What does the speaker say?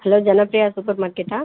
hello Janapriya super மார்க்கெட்டா